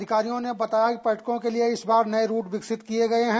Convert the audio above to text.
अधिकारियों ने बताया कि पर्यटकों के लिए इस बार नए रुट विकसित किये गए हैं